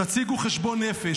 תציגו חשבון נפש.